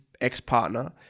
ex-partner